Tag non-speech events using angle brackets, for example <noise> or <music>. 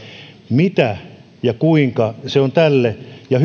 mitä ja kuinka tämä sitten vaikuttaa kaiken kaikkiaan tähän ja <unintelligible>